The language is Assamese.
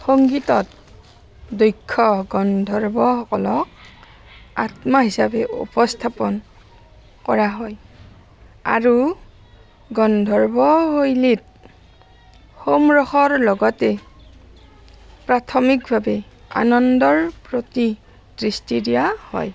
সংগীতত দক্ষ গন্ধৰ্বসকলক আত্মা হিচাপে উপস্থাপন কৰা হয় আৰু গন্ধৰ্ব শৈলীত সোম ৰসৰ লগতে প্ৰাথমিকভাৱে আনন্দৰ প্ৰতি দৃষ্টি দিয়া হয়